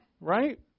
right